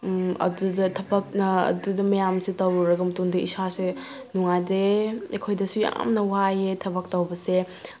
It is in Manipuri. ꯑꯗꯨꯗ ꯊꯕꯛꯅ ꯑꯗꯨꯗ ꯃꯌꯥꯝꯁꯦ ꯇꯧꯔꯨꯔꯒ ꯃꯇꯨꯡꯗ ꯏꯁꯥꯁꯦ ꯅꯨꯡꯉꯥꯏꯇꯦ ꯑꯩꯈꯣꯏꯗꯁꯨ ꯌꯥꯝꯅ ꯋꯥꯏꯑꯦ ꯊꯕꯛ ꯇꯧꯕꯁꯦ